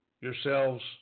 yourselves